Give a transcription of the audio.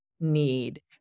need